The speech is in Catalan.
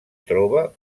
troba